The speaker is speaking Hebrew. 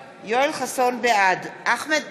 בעד אחמד טיבי,